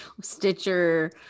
stitcher